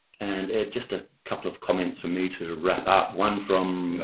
and ed just a couple of comments for me to wrap up one from.